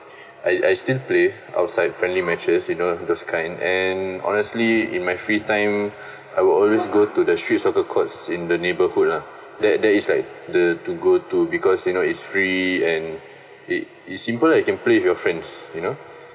I I still play outside friendly matches you know those kind and honestly in my free time I will always go to the streets soccer courts in the neighborhood uh there there is like the to go to because you know is free and i~ its s simple lah you can play with your friends you know